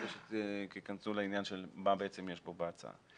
כדי שתכנסו לעניין של מה יש פה בהצעה.